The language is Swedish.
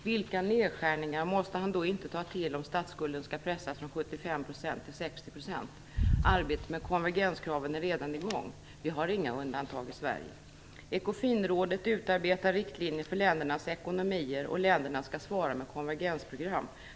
Vilka nedskärningar måste han inte ta till om statsskulden skall pressas från 75 % till 60 %? Arbetet med konvergenskraven är redan i gång. Vi har inga undantag i Sverige. Ecofinrådet utarbetar riktlinjer för ländernas ekonomier, och länderna skall svara med konvergensprogram.